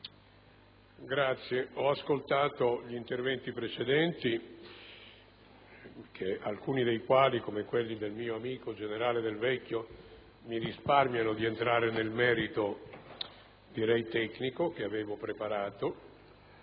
Presidente, ho ascoltato gli interventi precedenti, alcuni dei quali, come quello del mio amico generale Del Vecchio, mi risparmiano di entrare nel merito tecnico della questione,